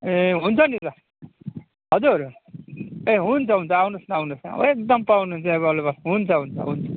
ए हुन्छ नि त हजुर ए हुन्छ हुन्छ आउनुहोस आउनुहोस् एकदमै पाउनुहुन्छ अभाइलेबल हुन्छ हुन्छ हुन्छ